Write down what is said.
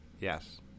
Yes